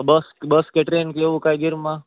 બસ bus કે train એવું કઈ ગીરમાં